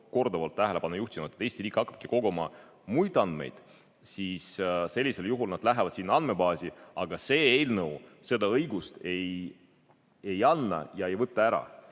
korduvalt tähelepanu juhtinud – Eesti riik hakkabki koguma muid andmeid, siis sellisel juhul need lähevad sinna andmebaasi, aga see eelnõu seda õigust ei anna ega võta ka ära.